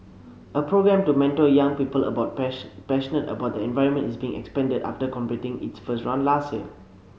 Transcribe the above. a programme to mentor young people about passionate about the environment is being expanded after completing its first run last year